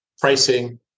pricing